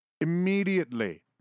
Immediately